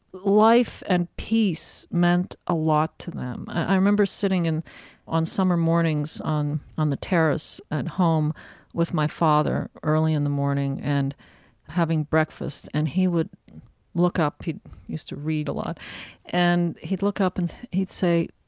life and peace meant a lot to them. i remember sitting on summer mornings on on the terrace at home with my father, early in the morning, and having breakfast, and he would look up he used to read a lot and he'd look up and he'd say,